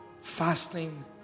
fasting